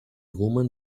woman